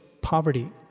poverty